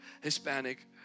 Hispanic